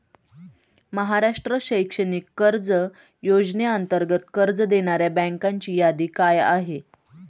महाराष्ट्र शैक्षणिक कर्ज योजनेअंतर्गत कर्ज देणाऱ्या बँकांची यादी काय आहे?